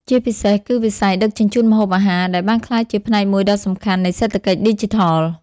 ជាពិសេសគឺវិស័យដឹកជញ្ជូនម្ហូបអាហារ ដែលបានក្លាយជាផ្នែកមួយដ៏សំខាន់នៃសេដ្ឋកិច្ចឌីជីថល។